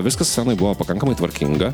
viskas scenoj buvo pakankamai tvarkinga